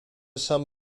some